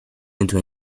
into